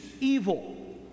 evil